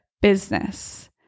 business